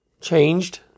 changed